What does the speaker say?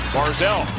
Barzell